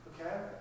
Okay